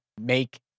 make